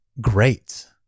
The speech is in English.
great